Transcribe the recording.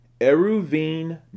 Eruvin